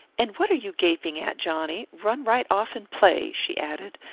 and what are you gaping at, johnny? run right off and play, she added,